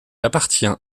appartient